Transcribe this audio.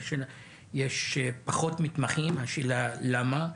יש פחות מתמחים, השאלה למה,